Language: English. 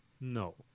No